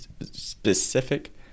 specific